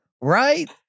Right